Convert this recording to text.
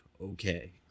okay